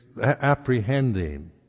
apprehending